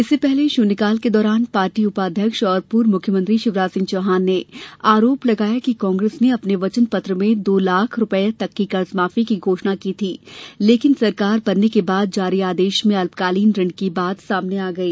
इससे पहले शून्यकाल के दौरान पार्टी उपाध्यक्ष और पूर्व मुख्यमंत्री शिवराज सिंह चौहान ने आरोप लगाया कि कांग्रेस ने अपने वचनपत्र में दो लाख रुपए तक की कर्जमाफी की घोषणा की थी लेकिन सरकार बनने के बाद जारी आदेश में अल्पकालीन ऋण की बात सामने आ गई